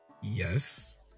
Yes